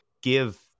give